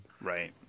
Right